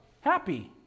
happy